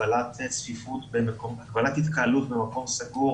הגבלת התקהלות במקום סגור